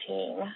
Team